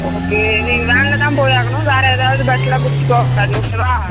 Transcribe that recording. okay நீங்கள் வேனில் தான் போய் ஆகணும் வேறு எதாவது பஸ்லாம் பிடிச்சு போக கூடாது ஓகேவா